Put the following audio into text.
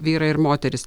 vyrai ir moterys